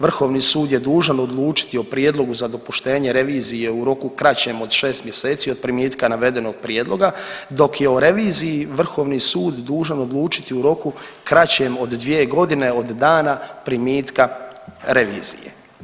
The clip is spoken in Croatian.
Vrhovni sud je dužan odlučiti o prijedlogu za dopuštenje revizije u roku kraćem od 6 mjeseci od primitka navedenog prijedloga, dok je o reviziji Vrhovni sud dužan odlučiti u roku kraćem od 2 godine od dana primitka revizije.